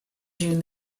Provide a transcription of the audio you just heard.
during